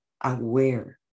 aware